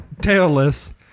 tailless